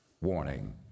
Warning